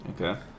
Okay